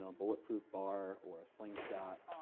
um bulletproof bar, or a slingshot,